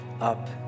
up